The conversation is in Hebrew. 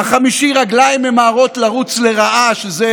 החמישי, רגליים ממהרות לרוץ לרעה, שזה